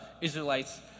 Israelites